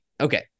okay